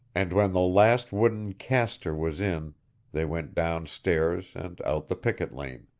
and when the last wooden castor was in they went down stairs and out the picket lane,